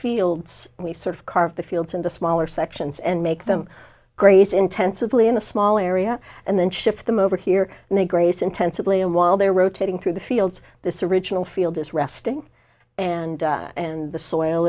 fields and we sort of carve the fields into smaller sections and make them graze intensively in a small area and then shift them over here and they graze intensively and while they're rotating through the fields this original field is resting and and the soil